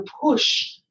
push